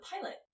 pilot